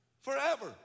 forever